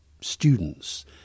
students